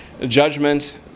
judgment